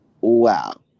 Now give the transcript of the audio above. Wow